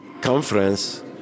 conference